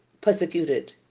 persecuted